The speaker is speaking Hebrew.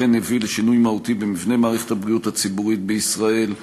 אכן הביא לשינוי מהותי במבנה מערכת הבריאות הציבורית בישראל.